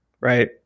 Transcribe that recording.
Right